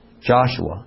Joshua